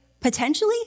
potentially